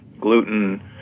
Gluten